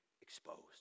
exposed